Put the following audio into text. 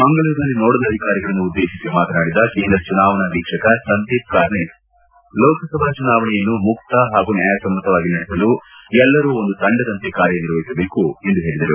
ಮಂಗಳೂರಿನಲ್ಲಿ ನೋಡಲ್ ಅಧಿಕಾರಿಗಳನ್ನು ಉದ್ದೇಶಿಸಿ ಮಾತನಾಡಿದ ಕೇಂದ್ರ ಚುನಾವಣಾ ವೀಕ್ಷಕ ಸಂದೀಪ್ ಕಾರ್ನಿಕ್ ಲೋಕಸಭಾ ಚುನಾವಣೆಯನ್ನು ಮುಕ್ತ ಪಾಗೂ ನ್ಯಾಯಸಮ್ಮತವಾಗಿ ನಡೆಸಲು ಎಲ್ಲರೂ ಒಂದು ತಂಡದಂತೆ ಕಾರ್ಯ ನಿರ್ವಹಿಸಬೇಕು ಎಂದು ಹೇಳಿದರು